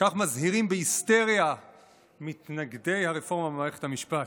כך מזהירים בהיסטריה מתנגדי הרפורמה במערכת המשפט.